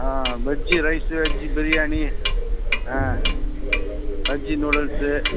ஆ veggie rice veggie biryani ஆ veggie noodles